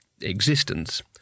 existence